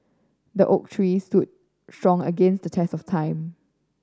the oak tree stood strong against the test of time